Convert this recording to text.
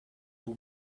two